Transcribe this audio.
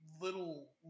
little